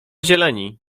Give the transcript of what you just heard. zieleni